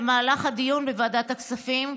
במהלך הדיון בוועדת הכספים,